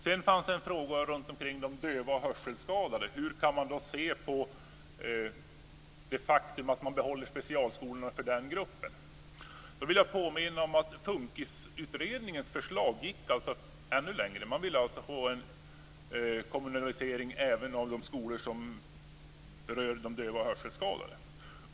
Sedan var det en fråga om de döva och hörselskadade: Hur ser vi på det faktum att man behåller specialskolorna för den gruppen? Då vill jag påminna om att FUNKIS-utredningens förslag gick ännu längre. Man ville ha en kommunalisering även av skolorna för döva och hörselskadade.